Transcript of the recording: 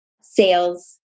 sales